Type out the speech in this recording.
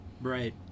Right